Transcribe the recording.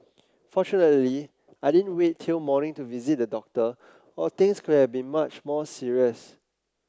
fortunately I didn't wait till morning to visit the doctor or things could have been much more serious